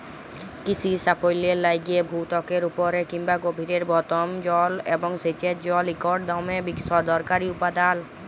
কিসির সাফল্যের লাইগে ভূত্বকের উপরে কিংবা গভীরের ভওম জল এবং সেঁচের জল ইকট দমে দরকারি উপাদাল